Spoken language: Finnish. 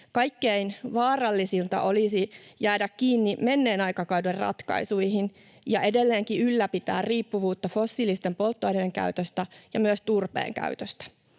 Kaikkein vaarallisinta olisi jäädä kiinni menneen aikakauden ratkaisuihin ja edelleenkin ylläpitää riippuvuutta fossiilisten polttoaineiden käytöstä ja myös turpeen käytöstä.